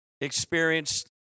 experienced